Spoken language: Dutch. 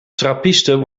trappisten